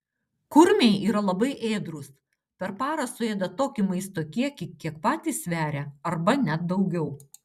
kurmiai yra labai ėdrūs per parą suėda tokį maisto kiekį kiek patys sveria arba net ir daugiau